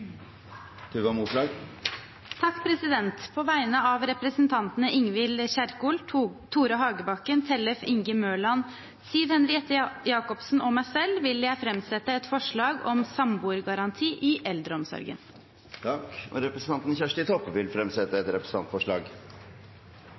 På vegne av representantene Ingvild Kjerkol, Tore Hagebakken, Tellef Inge Mørland, Siv Henriette Jacobsen og meg selv vil jeg framsette et forslag om samboergaranti i eldreomsorgen. Representanten Kjersti Toppe vil fremsette et